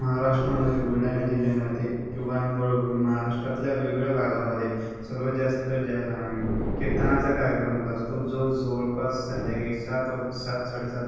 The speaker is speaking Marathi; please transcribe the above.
महाराष्ट्रामधील बुलढाणा जिल्ह्यामध्ये किंवा मग महाराष्ट्रातल्या वेगवेगळ्या भागामध्ये सर्वात जास्त ज्या कीर्तनाचा कार्यक्रम होत असतो जो जवळपास संध्याकाळी सात वाज सात साडेसात